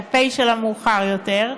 שהמספר שלה מאוחר יותר,